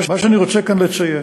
מה שאני רוצה כאן לציין,